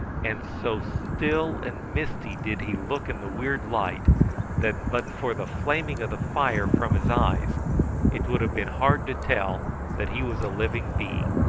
and so still and misty did he look in the weird light that but for the flaming of the fire from his eyes it would have been hard to tell that he was a living being.